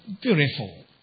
beautiful